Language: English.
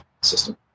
system